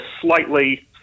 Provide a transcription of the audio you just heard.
slightly